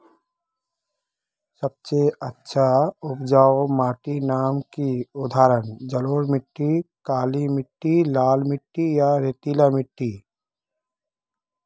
सबसे अच्छा उपजाऊ माटिर नाम की उदाहरण जलोढ़ मिट्टी, काली मिटटी, लाल मिटटी या रेतीला मिट्टी?